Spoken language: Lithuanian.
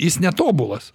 jis netobulas